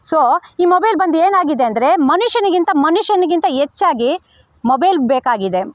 so ಈ mobile ಬಂದು ಏನಾಗಿದೆ ಅಂದರೆ ಮನುಷ್ಯನಿಗಿಂತ ಮನುಷ್ಯನಿಗಿಂತ ಹೆಚ್ಚಾಗಿ ಮೊಬೈಲ್ ಬೇಕಾಗಿದೆ